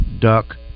duck